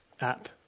app